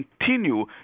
continue